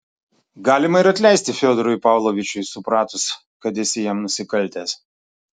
galima ir atleisti fiodorui pavlovičiui supratus kad esi jam nusikaltęs